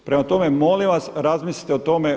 Prema tome, molim vas razmislite o tome.